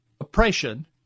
oppression